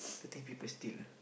I think people steal lah